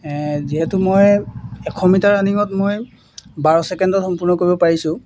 যিহেতু মই এশ মিটাৰ ৰানিঙত মই বাৰ ছেকেণ্ডত সম্পূৰ্ণ কৰিব পাৰিছোঁ